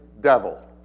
devil